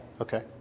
Okay